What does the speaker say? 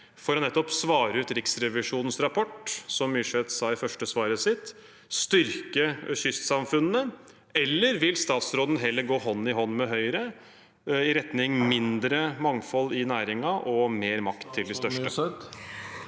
for å svare ut Riksrevisjonens rapport og – som Myrseth sa i det første svaret sitt – styrke kystsamfunnene? Eller vil statsråden heller gå hånd i hånd med Høyre, i retning av mindre mangfold i næringen og mer makt til de største?